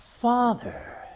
father